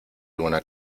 alguna